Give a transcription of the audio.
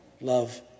love